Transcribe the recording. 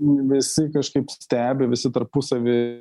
visi kažkaip stebi visi tarpusavy